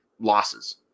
losses